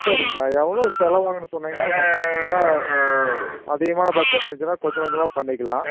சரிங்கண்ணா எவ்வளோ செலவாகுன்னு சொன்னிங்கன்னா ஒரு அப்ராக்சிமேட்டாக அதிகமான பட்ஜெட்ருந்துச்சின்னா கொஞ்சம் கொஞ்சமாக பண்ணிக்கலாம்